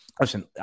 Listen